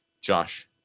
Josh